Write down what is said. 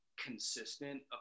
consistent